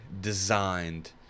designed